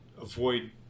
avoid